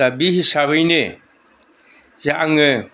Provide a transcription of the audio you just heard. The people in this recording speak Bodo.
दा बे हिसाबैनो जे आङो